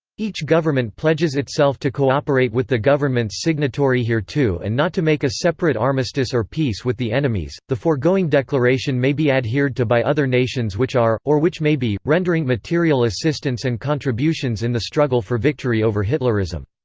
each government pledges itself to cooperate with the governments signatory hereto and not to make a separate armistice or peace with the enemies the foregoing declaration may be adhered to by other nations which are, or which may be, rendering material assistance and contributions in the struggle for victory over hitlerism.